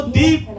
deep